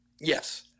Yes